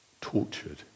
tortured